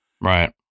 Right